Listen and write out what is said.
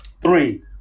Three